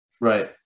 Right